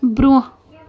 برٛونٛہہ